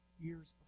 years